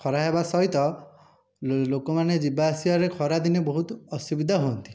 ଖରା ହେବା ସହିତ ଲୋକମାନେ ଯିବା ଆସିବାରେ ଖରାଦିନେ ବହୁତ ଅସୁବିଧା ହୁଅନ୍ତି